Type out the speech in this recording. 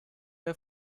der